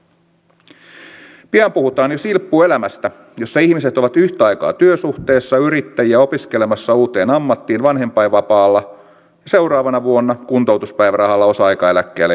pian puhutaan jo silppuelämästä jossa ihmiset ovat yhtä aikaa työsuhteessa yrittäjiä opiskelemassa uuteen ammattiin vanhempainvapaalla ja seuraavana vuonna kuntoutuspäivärahalla osa aikaeläkkeellä ja omaishoitajana